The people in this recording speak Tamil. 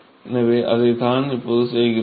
எனவே அதைத்தான் இப்போது செய்யப் போகிறோம்